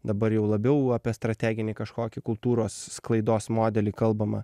dabar jau labiau apie strateginį kažkokį kultūros sklaidos modelį kalbama